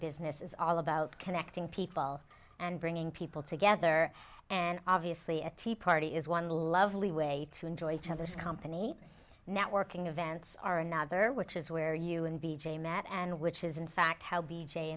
business is all about connecting people and bringing people together and obviously a tea party is one lovely way to enjoy each other's company networking events are another which is where you and b j met and which is in fact how b